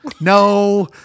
No